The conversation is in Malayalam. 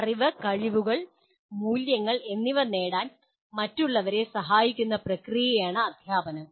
അറിവ് കഴിവുകൾ മൂല്യങ്ങൾ എന്നിവ നേടാൻ മറ്റുള്ളവരെ സഹായിക്കുന്ന പ്രക്രിയയാണ് അധ്യാപനം